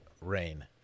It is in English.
rain